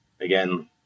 again